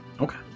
Okay